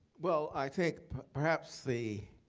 well, i think perhaps the